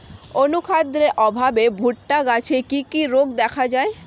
অনুখাদ্যের অভাবে ভুট্টা গাছে কি কি রোগ দেখা যায়?